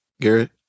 Garrett